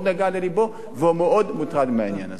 מאוד נגע ללבו והוא מאוד מוטרד מהעניין הזה.